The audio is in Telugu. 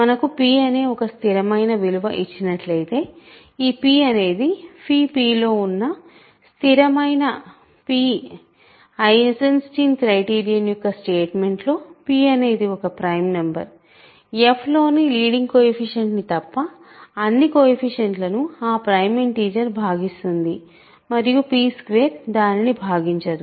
మనకు p అనే ఒక స్థిరమైన విలువ ఇచ్చినట్లయితే ఈ p అనేది pలో ఉన్న స్థిరమైన p ఐసెన్స్టీన్ క్రైటీరియన్ యొక్క స్టేట్మెంట్ లో p అనేది ఒక ప్రైమ్ నంబర్ f లోని లీడింగ్ కోయెఫిషియంట్ ని తప్ప అన్ని కోయెఫిషియంట్లను ఆ ప్రైమ్ ఇంటిజర్ భాగిస్తుంది మరియు p2 దానిని భాగించదు